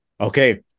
Okay